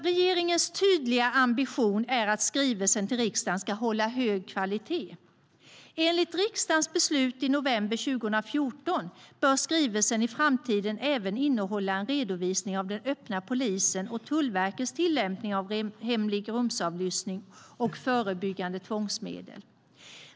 Regeringens tydliga ambition är att skrivelsen till riksdagen ska hålla hög kvalitet. Enligt riksdagens beslut i november 2014 bör skrivelsen i framtiden även innehålla en redovisning av den öppna polisens och Tullverkets tillämpning av hemlig rumsavlyssning och förebyggande tvångsmedel.